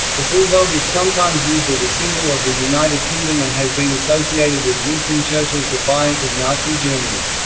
the bulldog is sometimes used as a symbol of the united kingdom and has been associated with winston churchill's defiance of nazi germany.